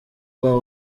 rwa